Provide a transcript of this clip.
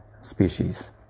species